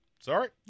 Sorry